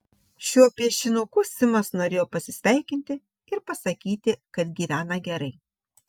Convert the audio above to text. šiuo piešinuku simas norėjo pasisveikinti ir pasakyti kad gyvena gerai